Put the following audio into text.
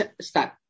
start